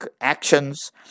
actions